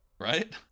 Right